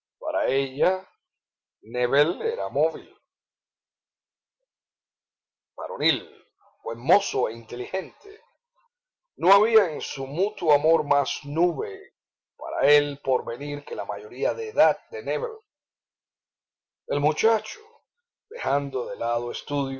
para ella nébel era varonil buen mozo e inteligente no había en su mutuo amor más nube para el porvenir que la minoría de edad de nébel el muchacho dejando de lado estudios